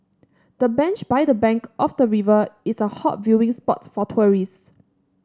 the bench by the bank of the river is a hot viewing spot for tourists